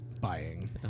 buying